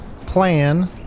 plan